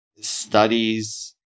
studies